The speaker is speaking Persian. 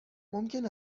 ممکن